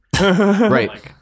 right